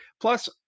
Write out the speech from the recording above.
plus